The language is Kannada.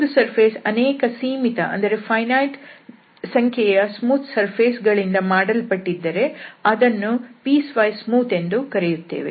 ಒಂದು ಸರ್ಫೇಸ್ ಅನೇಕ ಸೀಮಿತ ಸಂಖ್ಯೆಯ ಸ್ಮೂತ್ ಸರ್ಫೇಸ್ ಗಳಿಂದ ಮಾಡಲ್ಪಟ್ಟಿದ್ದರೆ ಅದನ್ನು ಪೀಸ್ ವೈಸ್ ಸ್ಮೂತ್ ಎಂದು ಕರೆಯುತ್ತೇವೆ